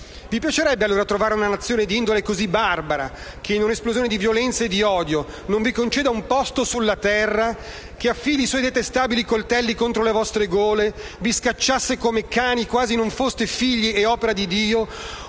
Vi piacerebbe allora trovare una nazione d'indole cosi barbara che, in un'esplosione di violenza e di odio, non vi conceda un posto sulla terra, affili i suoi detestabili coltelli contro le vostre gole, vi scacciasse come cani, quasi non foste figli e opera di Dio,